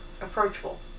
approachable